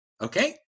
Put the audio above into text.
okay